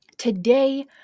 Today